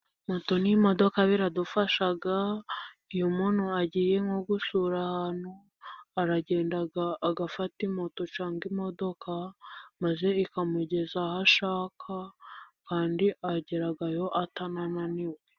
Moto n'imodoka biradufasha, iyo muntu agiye nko gusura ahantu, aragenda agafata moto cyangwa imodoka, maze ikamugeza aho ashaka, kandi agerayo atananiwe.